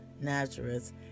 Nazareth